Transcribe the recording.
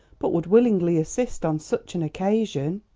but would willingly assist on such an occasion.